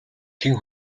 хэн